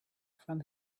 from